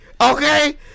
Okay